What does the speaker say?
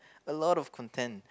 a lot of content